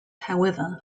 however